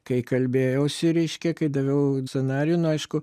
kai kalbėjausi reiškia kai daviau scenarijų nu aišku